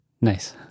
Nice